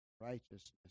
righteousness